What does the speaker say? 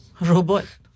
Robot